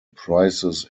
prices